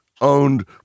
owned